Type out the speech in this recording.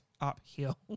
uphill